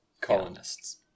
colonists